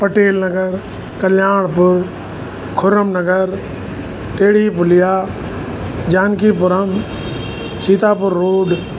Patel Nagar Kalyanpur Khurram Nagar Tedhi Puliya Janakipuram Sitapur road